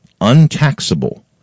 untaxable